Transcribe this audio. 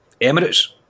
Emirates